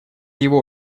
его